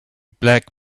black